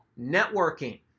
networking